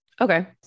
Okay